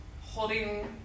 holding